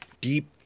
deep